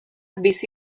bizi